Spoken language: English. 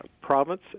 province